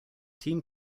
team